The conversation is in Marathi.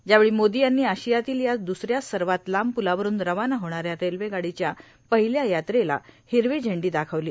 यावेळी मोदी यांनी आशियातील या दुसऱ्या सर्वात लांब पुलावरून रवाना होणाऱ्या रेल्वेगाडीच्या पहिल्या यात्रेला हिरवी झेंडी दाखवली